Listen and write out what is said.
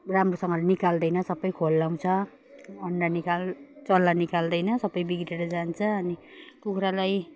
राम्रोसँगले निकाल्दैन सबै खोल्लाउँछ अन्डा निकाल् चल्ला निकाल्दैन सबै बिग्रेर जान्छ अनि कुखुरालाई